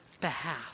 behalf